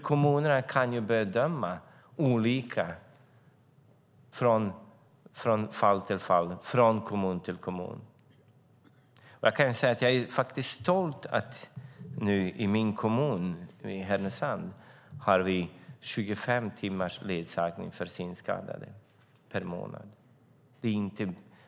Kommunerna kan bedöma olika från fall till fall och från kommun till kommun. Jag är stolt över att vi nu i min hemkommun Härnösand har 25 timmars ledsagning per månad för synskadade.